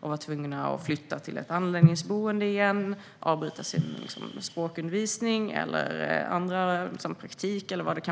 Då tvingas man flytta till ett anläggningsboende igen och måste avbryta språkundervisning, praktik och annat